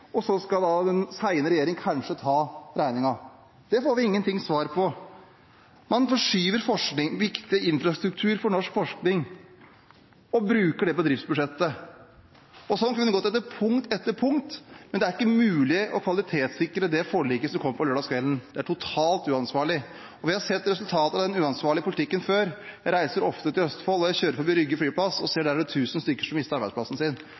og så skal da en senere regjering kanskje ta regningen? Det får vi ikke noe svar på. Man forskyver viktig infrastruktur for norsk forskning og bruker det på driftsbudsjettet. Sånn kunne man tatt det punkt etter punkt. Det er ikke mulig å kvalitetssikre det forliket som kom på lørdagskvelden. Det er totalt uansvarlig. Vi har sett resultatet av den uansvarlige politikken før. Jeg reiser ofte til Østfold, og jeg kjører forbi Rygge flyplass og ser stedet der 1 000 stykker mistet arbeidsplassen sin.